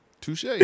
Touche